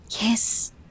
Yes